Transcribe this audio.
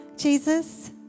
Jesus